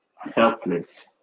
helpless